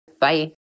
Bye